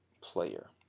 player